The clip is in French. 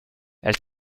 elle